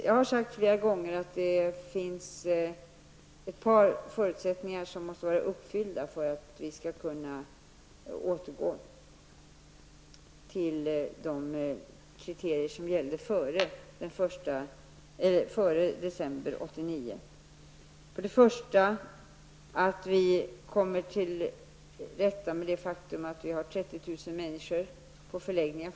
Jag har flera gånger sagt att ett par förutsättningar måste finnas för att vi skall kunna återgå till de kriterier som gällde före december 1989. Vi har fortfarande 30 000 människor på förläggningar.